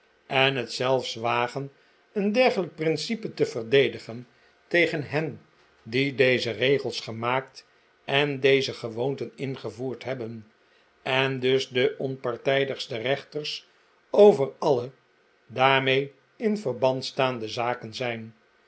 en het zelfs wagen een dergelijk principe te verdedigen tegen hen die deze regels gemaakt en deze gewoonten ingevoerd hebben en dus de onpartijdigste reenters over alle daarmee in verband staande zaken zijn